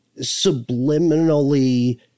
subliminally